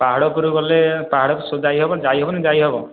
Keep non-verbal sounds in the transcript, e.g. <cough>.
ପାହାଡ଼ ଉପରକୁ ଗଲେ ପାହାଡ଼ <unintelligible> ଯାଇହେବ ଯାଇହେବନି ଯାଇ ହେବ